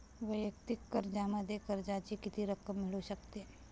वैयक्तिक कर्जामध्ये कर्जाची किती रक्कम मिळू शकते?